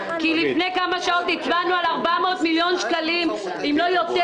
כי לפני כמה שעות הצבענו על 400 מיליון שקל אם לא יותר,